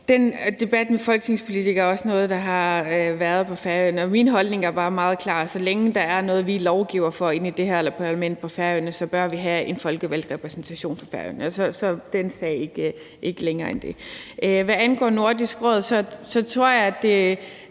Den debat om folketingspolitikere er også en debat, der har været på Færøerne. Min holdning er bare meget klar: Så længe der er noget på Færøerne, som vi lovgiver om inde i det her parlament, bør vi have en folkevalgt repræsentation på Færøerne. Så er den ikke længere end det. Hvad angår Nordisk Råd, tror jeg, at det